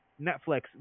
Netflix